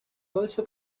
also